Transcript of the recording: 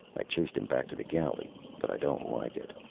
i chased him back to the galley, but i don't like it.